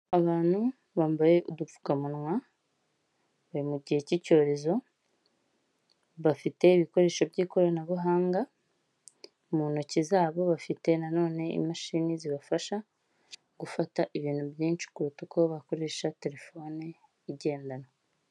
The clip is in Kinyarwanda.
Abantu bambaye udupfukamunwa mu gihe cy'icyorezo bafite ibikoresho by'ikoranabuhanga mu ntoki zabo bafite na none imashini zibafasha gufata ibintu byinshi kuruta uko bakoresha telefone igendanwa.